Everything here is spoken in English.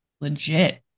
legit